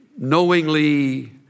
knowingly